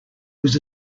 was